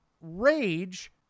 rage